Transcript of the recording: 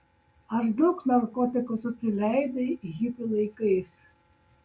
ar daug narkotikų susileidai hipių laikais